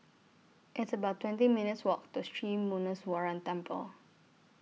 It's about twenty minutes' Walk to Sri Muneeswaran Temple